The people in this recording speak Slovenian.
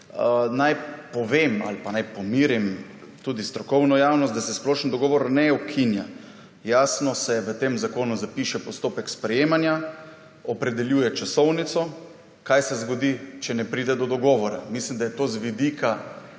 Naj povem ali pa naj pomirim tudi strokovno javnost, da se splošen dogovor ne ukinja. Jasno se v tem zakonu zapiše postopek sprejemanja, opredeljuje časovnico kaj se zgodi, če ne pride do dogovora. Mislim, da je to z vidika